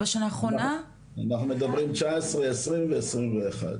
אנחנו מדברים על 2019, 2020 ו-2021.